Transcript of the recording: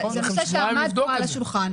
זה נושא שעמד על השולחן.